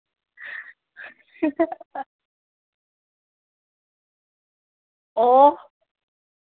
ꯑꯣ